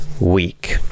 week